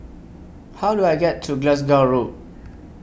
How Do I get to Glasgow Road